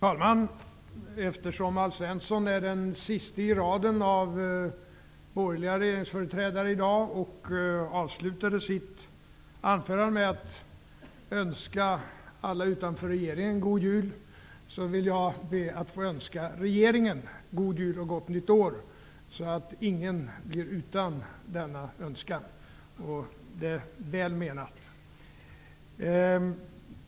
Herr talman! Alf Svensson är den sista i raden av borgerliga regeringsföreträdare. Han avslutade sitt anförande med att önska alla utanför regeringen God Jul. Jag ber då att få önska regeringen God Jul och Gott Nytt År, så att ingen blir utan denna önskan. Det är väl menat.